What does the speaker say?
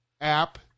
app